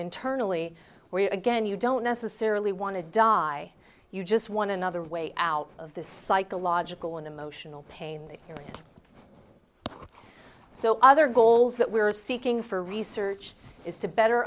internally where again you don't necessarily want to die you just won another way out of the psychological and emotional pain so other goals that we're seeking for research is to better